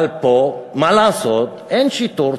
אבל פה, מה לעשות, אין שיטור.